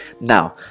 now